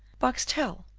boxtel,